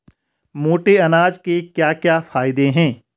मोटे अनाज के क्या क्या फायदे हैं?